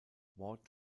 ward